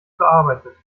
bearbeitet